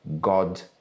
God